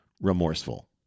remorseful